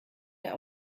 der